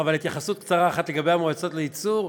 אבל התייחסות קצרה אחת לגבי מועצות הייצור.